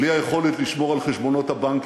בלי היכולת לשמור על חשבונות הבנקים,